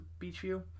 Beachview